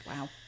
wow